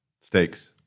Stakes